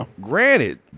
Granted